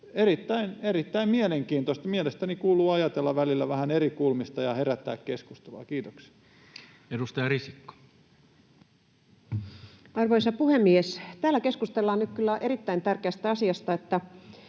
erittäin mielenkiintoista. Mielestäni kuuluu ajatella välillä vähän eri kulmista ja herättää keskustelua. — Kiitoksia. Edustaja Risikko. Arvoisa puhemies! Täällä keskustellaan nyt kyllä erittäin tärkeästä asiasta.